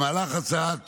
במהלך הכנת הצעת